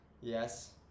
yes